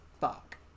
fuck